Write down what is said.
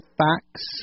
facts